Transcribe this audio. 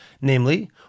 namely